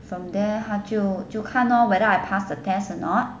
from there 她就就看 lor whether I pass the test or not